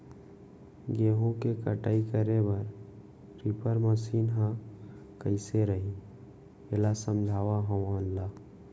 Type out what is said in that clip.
गेहूँ के कटाई करे बर रीपर मशीन ह कइसे रही, एला समझाओ हमन ल?